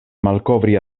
malkovri